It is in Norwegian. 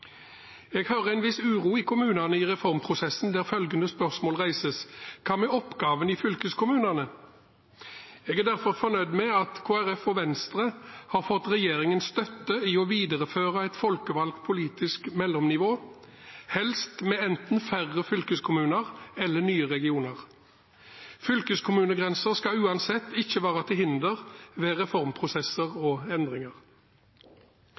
Jeg hører en viss uro fra kommunene i reformprosessen, der følgende spørsmål reises: Hva med oppgavene i fylkeskommunen? Jeg er derfor fornøyd med at Kristelig Folkeparti og Venstre har fått regjeringens støtte til å videreføre et folkevalgt politisk mellomnivå med enten færre fylkeskommuner eller nye regioner. Fylkeskommunegrenser skal uansett ikke være til hinder ved reformprosesser og endringer.